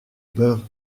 beurre